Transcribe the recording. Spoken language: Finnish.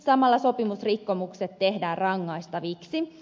samalla sopimusrikkomukset tehdään rangaistaviksi